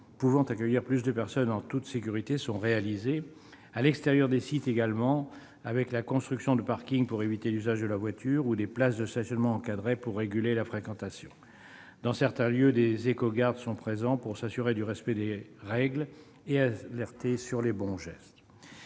pouvant accueillir plus de personnes en toute sécurité sont réalisés. À l'extérieur des sites également, avec la construction de parkings pour éviter l'usage de la voiture, ou des places de stationnement encadrées pour réguler la fréquentation. Dans certains lieux, des éco-gardes sont présents pour s'assurer du respect des règles et alerter sur les bons gestes.